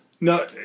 No